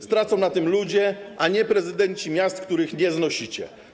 Stracą na tym ludzie, a nie prezydenci miast, których nie znosicie.